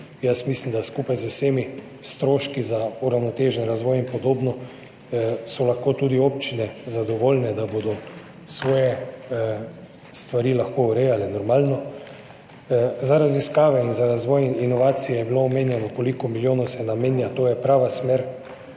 Jaz mislim da skupaj z vsemi stroški za uravnotežen razvoj in podobno so lahko tudi občine zadovoljne, da bodo svoje stvari lahko urejale normalno. Za raziskave, razvoj in inovacije je bilo omenjeno, koliko milijonov se namenja. To je prava smer.